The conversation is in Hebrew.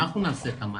אנחנו נעשה את המים,